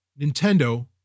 Nintendo